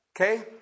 Okay